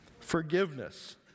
forgiveness